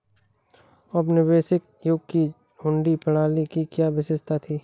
औपनिवेशिक युग में हुंडी प्रणाली की क्या विशेषता थी?